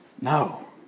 No